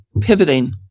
pivoting